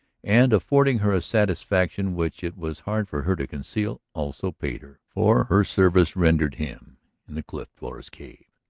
and affording her a satisfaction which it was hard for her to conceal, also paid her for her services rendered him in the cliff-dweller's cave.